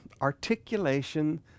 articulation